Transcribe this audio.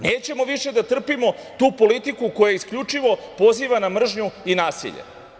Nećemo više da trpimo tu politiku koja isključivo poziva na mržnju i nasilje.